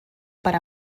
per